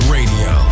Radio